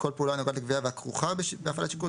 "כל פעולה הנוגעת לגבייה והכרוכה בהפעלת שיקול